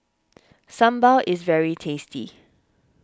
Sambal is very tasty